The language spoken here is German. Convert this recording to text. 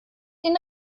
den